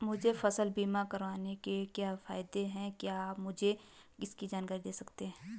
मुझे फसल बीमा करवाने के क्या फायदे हैं क्या आप मुझे इसकी जानकारी दें सकते हैं?